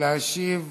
להשיב